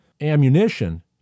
ammunition